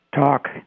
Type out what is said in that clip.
talk